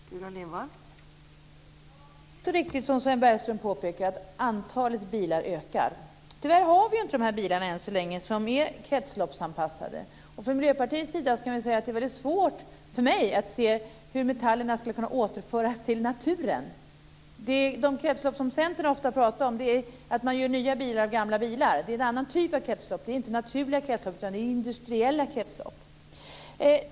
Fru talman! Det är helt riktigt som Sven Bergström påpekar att antalet bilar ökar. Tyvärr har vi ju ännu så länge inte de här bilarna som är kretsloppsanpassade. Från Miljöpartiets sida kan jag säga att det är väldigt svårt för mig att se hur metallerna ska kunna återföras till naturen. De kretslopp som Centern ofta pratar om är sådant som att man gör nya bilar av gamla bilar. Det är en annan typ av kretslopp. Det är inte naturliga kretslopp, utan det är industriella kretslopp.